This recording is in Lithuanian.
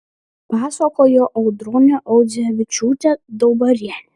pasakojo audronė audzevičiūtė daubarienė